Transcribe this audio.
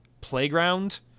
playground